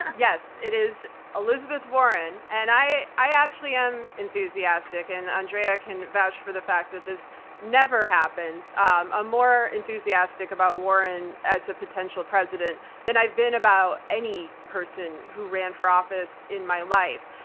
yes, it is elizabeth warren, and i i actually am enthusiastic, and andrea can vouch for the fact that this never happens. i'm ah more enthusiastic about warren as a potential president than i've been about any person who ran for office in my life.